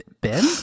Ben